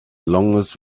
longest